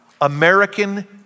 American